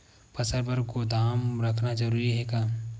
फसल बर गोदाम रखना जरूरी हे का?